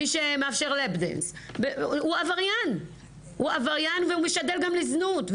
מי שמאפשר "לאפ דאנס" הוא עבריין והוא משדל גם לזנות,